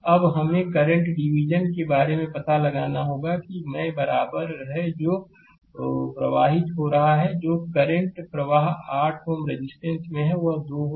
अब हमें current division के बारे में पता लगाना होगा कि मैं बराबर है जो कि प्रवाहित हो रहा है जो करंट प्रवाह 8 Ω रेजिस्टेंस है वह 2 होगा